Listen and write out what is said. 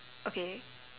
okay